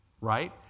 Right